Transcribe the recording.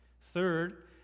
Third